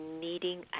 needing